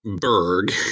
Berg